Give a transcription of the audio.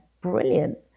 brilliant